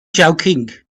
joking